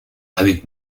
avec